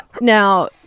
now